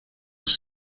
was